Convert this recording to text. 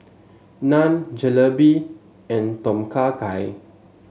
Naan Jalebi and Tom Kha Gai